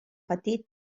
petit